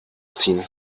ziehen